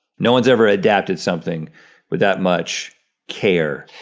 no one's ever adapted something with that much care.